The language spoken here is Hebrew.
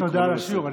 תודה על השיעור.